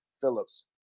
Phillips